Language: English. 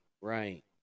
Right